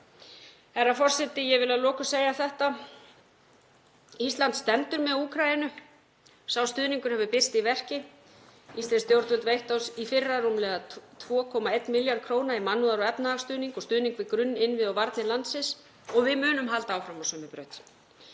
Herra forseti. Ég vil að lokum segja þetta: Ísland stendur með Úkraínu. Sá stuðningur hefur birst í verki. Íslensk stjórnvöld veittu í fyrra rúmlega 2,1 milljarð kr. í mannúðar- og efnahagsstuðning og stuðning við grunninnviði og varnir landsins, og við munum halda áfram á sömu braut.